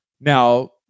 Now